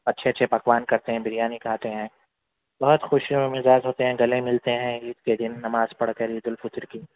اچھے اچھے پکوان کرتے ہیں بریانی کھاتے ہیں بہت خوشیوں مزاج ہوتے ہیں گلے ملتے ہیں عید کے دن نماز پڑھ کر عیدالفطر کی